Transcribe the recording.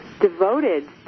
devoted